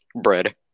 bread